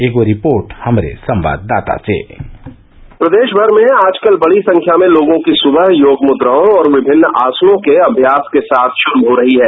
एक रिपोर्ट हमारे संवाददाता से प्रदेष भर में आजकल बड़ी संख्या में लोगों की सुबह योग मुद्राओ और विभिन्न असानों के अभ्यास के साथ पुरू हो रही है